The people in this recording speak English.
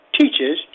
teaches